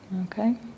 Okay